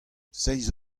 seizh